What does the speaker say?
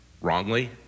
wrongly